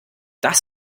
das